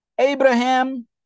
Abraham